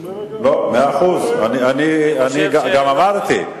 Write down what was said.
מאה אחוז, אני גם אמרתי,